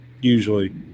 usually